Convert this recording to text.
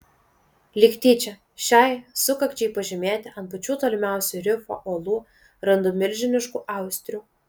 lyg tyčia šiai sukakčiai pažymėti ant pačių tolimiausių rifo uolų randu milžiniškų austrių